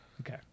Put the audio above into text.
Okay